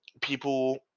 people